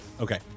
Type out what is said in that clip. Okay